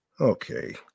okay